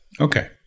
Okay